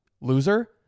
loser